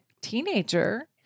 teenager